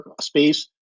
space